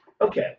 Okay